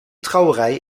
trouwerij